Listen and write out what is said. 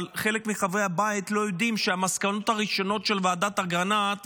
אבל חלק מחברי הבית לא יודעים שהמסקנות הראשונות של ועדת אגרנט,